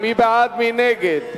מי נגד?